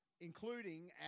including